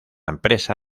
empresa